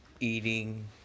Eating